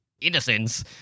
innocence